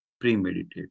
premeditated